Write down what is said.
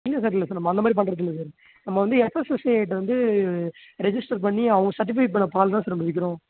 இல்லை சார் இல்லை சார் நம்ம அந்த மாதிரி பண்ணுறது இல்லை சார் நம்ம வந்து எஃப்எஸ்எஸ்ஐட்ட வந்து ரெஜிஸ்டர் பண்ணி அவங்க சர்ட்டிஃபிக்கேட் பண்ண பால் தான் சார் நம்ம விற்கிறோம்